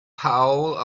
paul